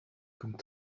comme